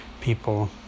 people